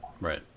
Right